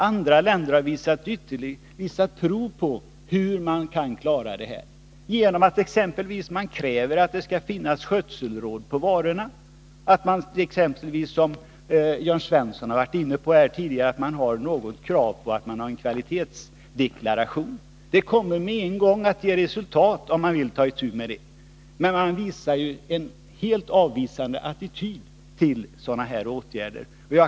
Andra länder har visat prov på hur man kan klara detta. Man kräver exempelvis att det skall finnas skötselråd på varorna. Vidare har man — som Jörn Svensson varit inne på — krav på kvalitetsdeklaration. Sådana åtgärder skulle med en gång ge resultat. Men man intar ju en helt avvisande attityd till sådana åtgärder.